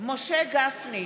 משה גפני,